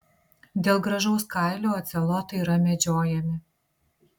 dėl gražaus kailio ocelotai yra medžiojami